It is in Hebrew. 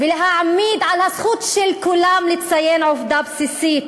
ולעמוד על הזכות של כולם לציין עובדה בסיסית,